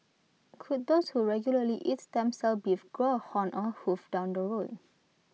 could those who regularly eat stem cell beef grow A horn or A hoof down the road